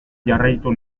jarraitu